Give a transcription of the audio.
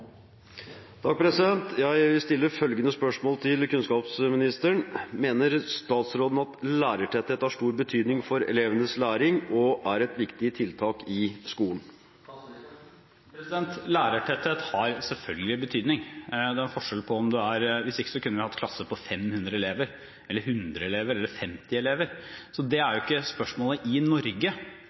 til kunnskapsministeren: «Mener statsråden at lærertetthet har stor betydning for elevenes læring, og er et viktig tiltak i skolen?» Lærertetthet har selvfølgelig betydning, hvis ikke kunne vi hatt klasser på 500 eller 100 elever – eller 50 elever. Så det er jo ikke spørsmålet i Norge.